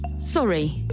Sorry